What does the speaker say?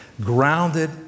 grounded